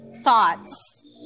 thoughts